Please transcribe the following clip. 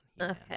Okay